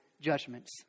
judgments